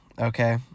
okay